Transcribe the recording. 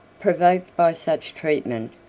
provoked by such treatment,